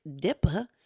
dipper